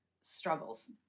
struggles